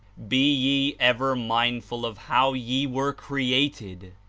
be ye ever mindful of how ye were created.